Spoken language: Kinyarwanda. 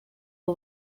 ubu